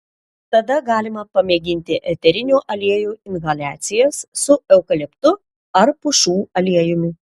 tada galima pamėginti eterinių aliejų inhaliacijas su eukaliptu ar pušų aliejumi